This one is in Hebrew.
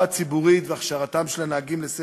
בעבירת תנועה זהה לזאת שככל הנראה גרמה לתאונה הקשה.